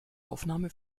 aufnahme